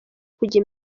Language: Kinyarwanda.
kujya